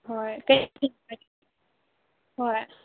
ꯍꯣꯏ ꯍꯣꯏ